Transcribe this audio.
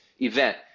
event